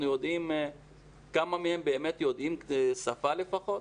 יודעים כמה מהם באמת יודעים שפה לפחות?